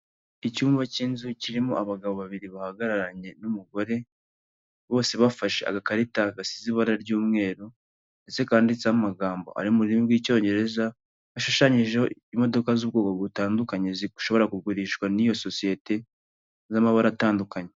Icyumba cy'inzu kirimo abagabo babiri bahagararanye n'umugore, bose bafashe agakarita gasize ibara ry'umweru ndetse kanditseho amagambo ari mu rurimi rw'Icyongereza gashushanyijeho imodoka z'ubwoko butandukanye zishobora kugurishwa n'iyo sosiyete z'amabara atandukanye.